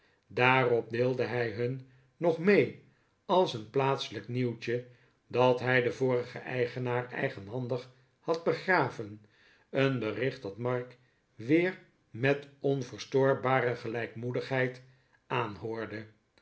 daarop deelde hij hun nog mee als een plaatselijk nieuwtje dat hij den vorigen eigenaar eigenhandig had begraven een bericht dat mark weer met onverstoorbare gelijkmoedigheid aanhoorde